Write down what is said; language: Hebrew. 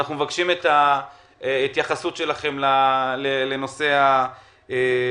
אנחנו מבקשים את ההתייחסות שלכם לנושא ה-PET-CT.